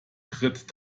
tritt